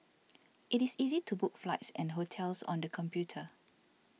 it is easy to book flights and hotels on the computer